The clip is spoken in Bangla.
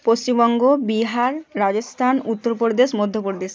পশ্চিমবঙ্গ বিহার রাজস্থান উত্তরপ্রদেশ মধ্যপ্রদেশ